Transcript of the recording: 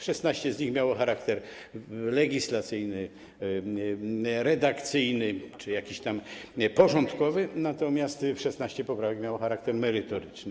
16 z nich miało charakter legislacyjny, redakcyjny czy jakiś tam porządkowy, natomiast 16 poprawek miało charakter merytoryczny.